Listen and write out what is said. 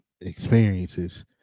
experiences